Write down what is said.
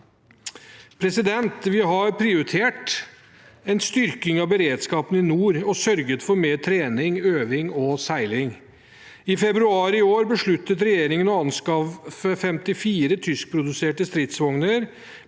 tiltak. Vi har prioritert en styrking av beredskapen i nord og sørget for mer trening, øving og seiling. I februar i år besluttet regjeringen å anskaffe 54 tyskproduserte stridsvogner.